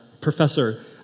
professor